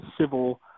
civil